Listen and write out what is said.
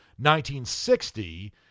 1960